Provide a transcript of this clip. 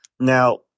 Now